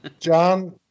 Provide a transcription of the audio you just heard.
John